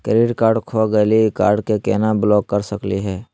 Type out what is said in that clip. Credit card खो गैली, card क केना ब्लॉक कर सकली हे?